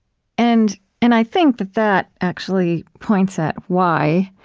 and and i think that that, actually, points at why